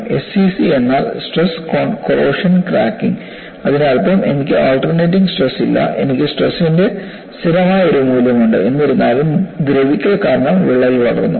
SCC എന്നാൽ stress corrosion cracking അതിനർത്ഥം എനിക്ക് ആൾട്ടർനേറ്റിംഗ് സ്ട്രെസ് ഇല്ല എനിക്ക് സ്ട്രെസ്ന്റെ സ്ഥിരമായ ഒരു മൂല്യമുണ്ട് എന്നിരുന്നാലും ദ്രവിക്കൽ കാരണം വിള്ളൽ വളർന്നു